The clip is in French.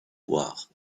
voir